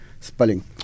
spelling